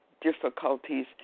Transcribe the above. difficulties